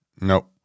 Nope